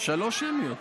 לא שומע אותך.